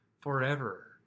forever